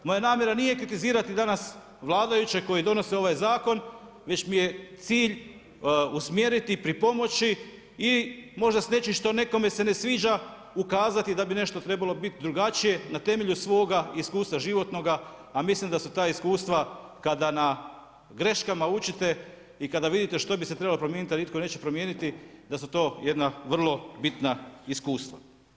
Moja namjera nije kritizirati danas vladajuće koji donose ovaj zakon, već mi je cilj usmjeriti i pripomoći i možda s nečim što nekome se ne sviđa ukazati da bi nešto trebalo biti drugačije na temelju svoga životnog iskustva, a mislim da su ta iskustva kada na greškama učite i kada vidite što bi se trebalo promijeniti, a nitko neće promijeniti da su to jedna vrlo bitna iskustva.